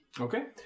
Okay